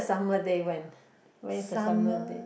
summer day when when is the summer day